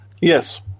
Yes